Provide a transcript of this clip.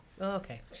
Okay